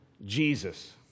Jesus